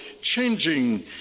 changing